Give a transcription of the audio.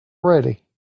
ready